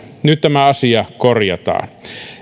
nyt tämä asia korjataan